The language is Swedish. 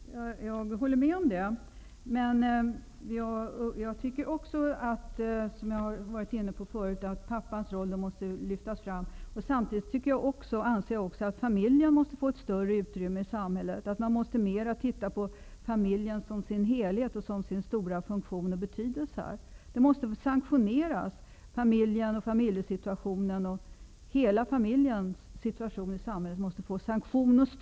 Herr talmann! Jag håller med socialministern om det, men som jag sade tidigare måste pappans roll lyftas fram. Samtidigt anser jag att familjen måste få ett större utrymme i samhället. Man måste mera se på familjen i dess helhet, se på dess stora betydelse och funktion. Familjen måste sanktioneras och få stöd i samhället.